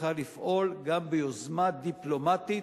צריכה לפעול גם ביוזמה דיפלומטית,